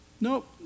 Nope